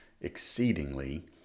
exceedingly